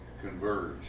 converge